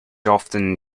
often